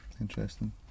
Interesting